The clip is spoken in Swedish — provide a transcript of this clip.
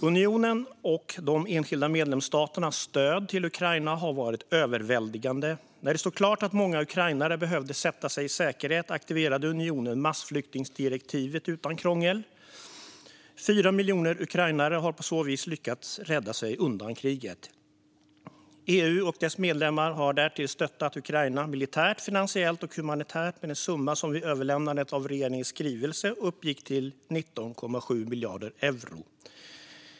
Unionens och de enskilda medlemsstaternas stöd till Ukraina har varit överväldigande. När det stod klart att många ukrainare behövde sätta sig i säkerhet aktiverade unionen massflyktingsdirektivet utan krångel. Fyra miljoner ukrainare har på så vis lyckats rädda sig undan kriget. EU och dess medlemmar har därtill stöttat Ukraina militärt, finansiellt och humanitärt med en summa som vid överlämnandet av regeringens skrivelse uppgick till 19,7 miljarder euro.